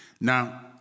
Now